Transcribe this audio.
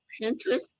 Pinterest